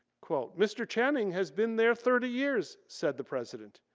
quote, mr. channing has been there thirty years said the president.